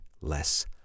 less